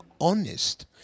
honest